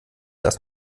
erst